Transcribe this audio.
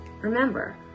Remember